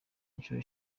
inshuro